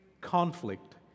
conflict